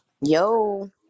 Yo